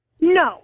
No